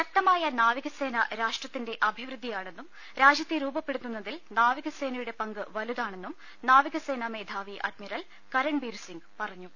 ശക്തമായ നാവികസേന രാഷട്രത്തിന്റെ അഭിവൃദ്ധി യാണെന്നും രാജ്യത്തെ രൂപപ്പെടുത്തുന്നതിൽ നാവിക സേനയുടെ പങ്ക് വലുതാണെന്നും നാവിക സേനാ മേധാവി അഡ്മിറൽ കരൺ ബീർ സിംഗ് പറഞ്ഞു